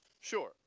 Sure